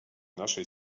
naszej